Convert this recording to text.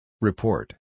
Report